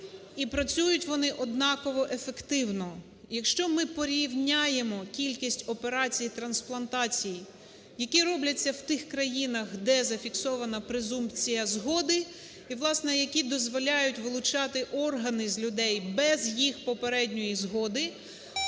і працюють вони однаково ефективно. Якщо ми порівняємо кількість операцій із трансплантацій, які робляться в тих країнах, де зафіксована презумпція згоди, і власне, які дозволяють вилучати органи з людей без їх попередньої згоди,